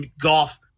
golf